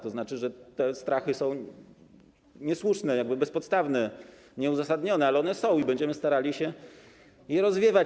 To znaczy, że te strachy są niesłuszne, bezpodstawne, nieuzasadnione, ale one są i będziemy starali się je rozwiewać.